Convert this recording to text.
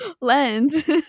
lens